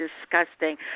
disgusting